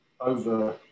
over